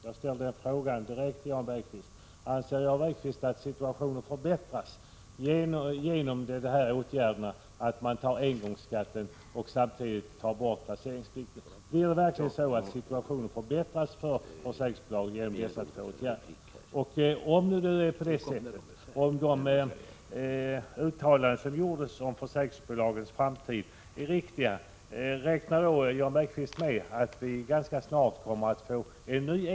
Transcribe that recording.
Jag vill i detta sammanhang ställa en direkt fråga till Jan Bergqvist: Anser Jan Bergqvist att försäkringsbolagens situation förbättras i och med de aktuella åtgärderna — dvs. genom att införa engångsskatten och att samtidigt ta bort placeringsplikten? Om de uttalanden som gjorts om försäkringsbolagens framtid är riktiga, räknar då Jan Bergqvist med att vi ganska snart kommer att få en ny Prot.